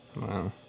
Wow